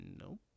Nope